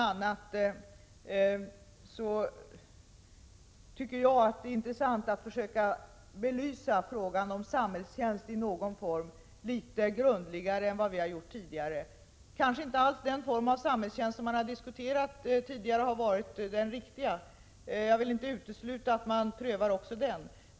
a. tycker jag att det är intressant att försöka belysa frågan om samhällstjänst i någon form litet grundligare än vi har gjort tidigare. Den form av samhällstjänst som tidigare har diskuterats kanske inte alls har varit den riktiga, och jag vill inte utesluta att vi också diskuterar utformningen.